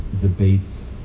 debates